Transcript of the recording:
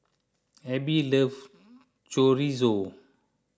Abe love Chorizo